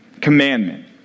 Commandment